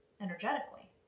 energetically